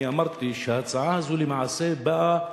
אני אמרתי שההצעה הזו למעשה באה,